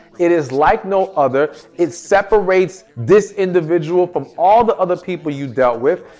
it is like no other it separates this individual from all the other people you dealt with.